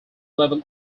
level